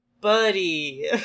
Buddy